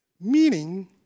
Meaning